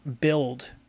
build